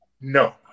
No